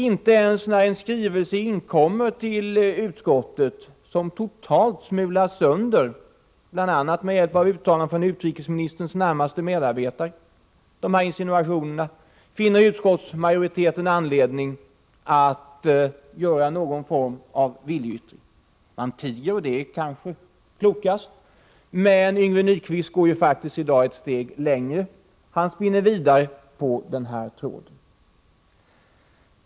Inte ens när det till utskottet inkommer en skrivelse, som smular sönder de här insinuationerna — bl.a. med hjälp av uttalanden från utrikesministerns närmaste medarbetare — finner utskottsmajoriteten anledning att komma med någon form av viljeyttring. Man tiger, och det är kanske klokast. Yngve Nyquist går faktiskt i dag ett steg längre. Han spinner vidare på samma tråd. Fru talman!